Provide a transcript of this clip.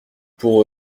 pour